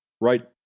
right